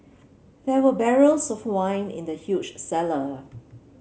there were barrels of wine in the huge cellar